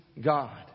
God